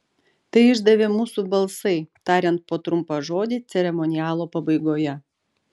tai išdavė mūsų balsai tariant po trumpą žodį ceremonialo pabaigoje